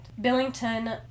Billington